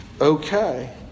Okay